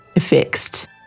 fixed